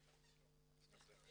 אין.